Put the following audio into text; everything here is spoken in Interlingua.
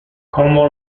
como